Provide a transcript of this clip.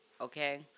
Okay